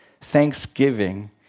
thanksgiving